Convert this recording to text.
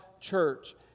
church